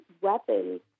weapons